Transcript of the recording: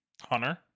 Hunter